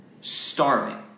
Starving